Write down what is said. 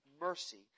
mercy